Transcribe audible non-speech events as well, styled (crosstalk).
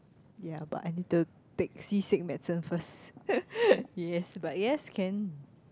yeah but I need take seasick medicine first (laughs) yes but yes can